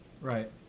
Right